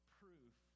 proof